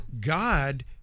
God